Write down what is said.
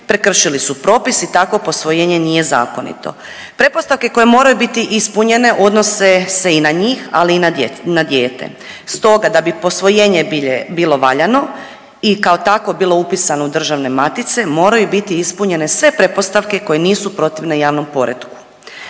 prekršili su propis i tako posvojenje nije zakonito. Pretpostavke koje moraju biti ispunjene odnose se i na njih, ali i na djecu, na dijete. Stoga da bi posvojenje bilo valjano i kao takov bilo upisano u državne matice moraju biti ispunjene sve pretpostavke koje nisu protivne javnom poretku.